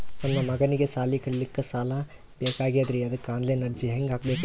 ನನ್ನ ಮಗನಿಗಿ ಸಾಲಿ ಕಲಿಲಕ್ಕ ಸಾಲ ಬೇಕಾಗ್ಯದ್ರಿ ಅದಕ್ಕ ಆನ್ ಲೈನ್ ಅರ್ಜಿ ಹೆಂಗ ಹಾಕಬೇಕ್ರಿ?